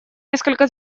несколько